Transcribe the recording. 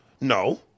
No